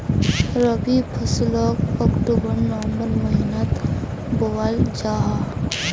रबी फस्लोक अक्टूबर नवम्बर महिनात बोआल जाहा